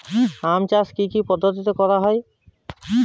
আম চাষ কি কি পদ্ধতিতে করা হয়?